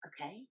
okay